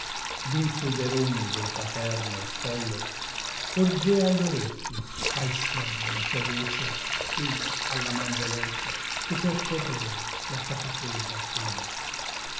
su i veroni del paterno ostello porgea gli orecchi al suon della tua voce ed alla man veloce che percorrea la faticosa tela